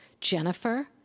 Jennifer